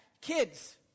kids